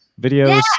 videos